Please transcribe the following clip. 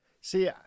See